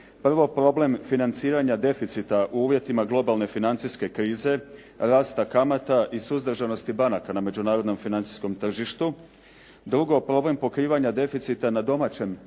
Prvo, problem financiranja deficita u uvjetima globalne financijske krize, rasta kamata i suzdržanosti banaka na međunarodnom financijskom tržištu. Drugo, problem pokrivanja deficita na domaćem